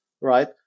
right